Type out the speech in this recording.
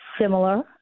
similar